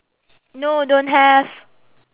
no don't have